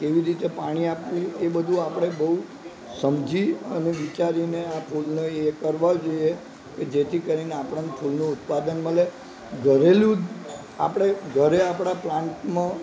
કેવી રીતે પાણી આપવું એ બધું આપણે બહુ સમજી અને વિચારીને આ ફૂલને એ કરવા જોઈએ એટલે જેથી કરીને આપણને ફૂલનું ઉત્પાદન મળે ઘરેલું ઘરે આપણે આપણા પ્લાન્ટમાં